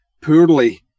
poorly